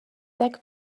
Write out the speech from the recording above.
deg